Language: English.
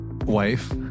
wife